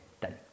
done